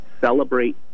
celebrate